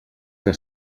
que